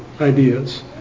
ideas